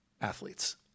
athletes